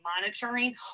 monitoring